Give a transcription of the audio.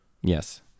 Yes